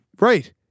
Right